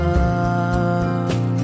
love